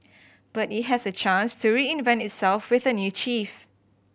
but it has a chance to reinvent itself with a new chief